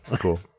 cool